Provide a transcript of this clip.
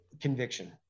conviction